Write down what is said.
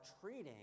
treating